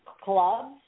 Clubs